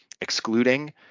excluding